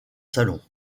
salons